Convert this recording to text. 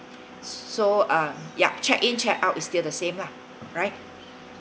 so um ya check in check out is still the same lah right